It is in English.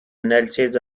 analysis